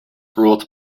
ruled